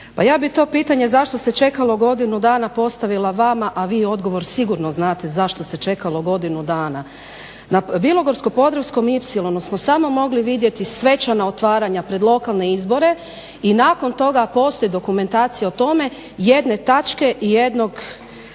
Pa ja bih to pitanje zašto se čekalo godinu dana postavila vama, a vi odgovor sigurno znate zašto se čekalo godinu dana. Na bilogorsko-podravskom ipsilonu smo samo mogli vidjeti svečana otvaranja pred lokalne izbore i nakon toga postoji dokumentacija o tome jedne tačke i jednog